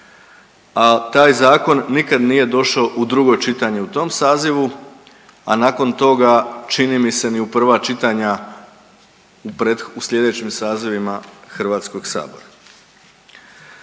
a taj zakon nikad nije došao u drugo čitanje u tom sazivu, a nakon toga čini mi se ni u prva čitanja u sljedećim sazivima HS-a. Plaća